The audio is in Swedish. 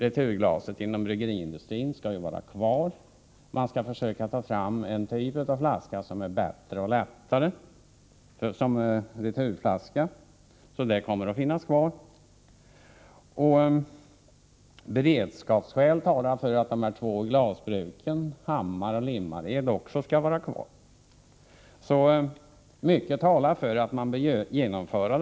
Returglaset inom bryggeriindustrin skall nämligen vara kvar. Man skall försöka ta fram en typ av returflaska som är bättre och lättare. Även av beredskapsskäl bör de två glasbruken Hammar och Limmared vara kvar. Mycket talar alltså för att ett återglassystem bör genomföras.